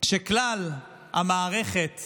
שכלל המערכת